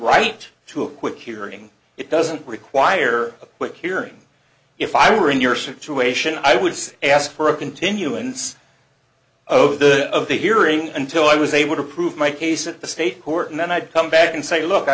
right to a quick hearing it doesn't require a quick hearing if i were in your situation i would ask for a continuance of the of the hearing until i was able to prove my case at the state court and then i'd come back and say look i